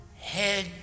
head